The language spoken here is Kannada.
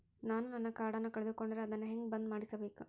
ನಾನು ನನ್ನ ಕಾರ್ಡನ್ನ ಕಳೆದುಕೊಂಡರೆ ಅದನ್ನ ಹೆಂಗ ಬಂದ್ ಮಾಡಿಸಬೇಕು?